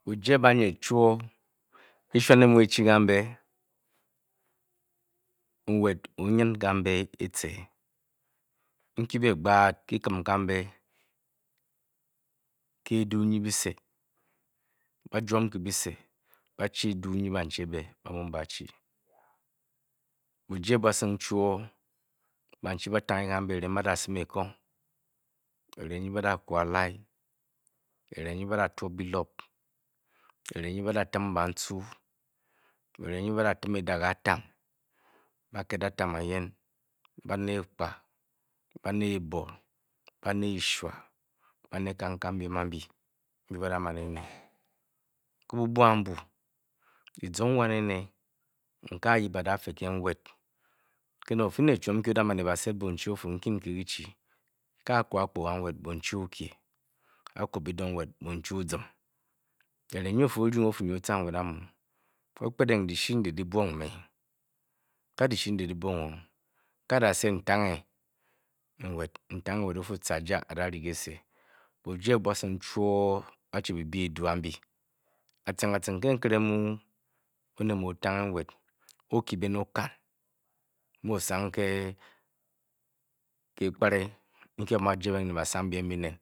Biye ba net chroo̱ eshuran o-mu o du kamb nwet oonyin kombe ece nkyi ebe gbaat kyi-kim kambe ke eduu nyi byi se Ba-jwon ke byise, ba-chi i edum nyi banchi ebe ba-ow mbe ba-du i Buje bwasing chwoo, bandu ba-tenye. Kambe eningu ny badasim ekong eninge nyi bad a twop oyilop eringd nyi badatim odage atom, ba-ket atam ayen ba-ne ng eshwa ba-neing kangkang byem ambyi ke bubwo ambu, agong bwan ene, a a-yib a-dafe ke nwet. ofi ne chwon n kyi o-daba set bondu o-fu, nkyi nke kyi-chi a-ko akpnga nwet bondu o o-kye a-ku dyidong bondu oo-zim eringe nyi nyi o fi o-iyu ng o-fu nyi o-ca nwet amu o-kpet ng o-fu, dyishi ndyi dyi-bwo me. a o-daset ntange o-fu, dyishi ndyi dyi-bwo me o-fu nya, ca a-ja a-dere ke kyise buje bwosing chwoo ba-du dgizang eduu an dyi aciring aciring ke nkere onet mu o-tange o-kaye kambe okan mu oo-sang ke kii kpare nkyi banu ba-jebe ng ne ba-sang byem mbyi enen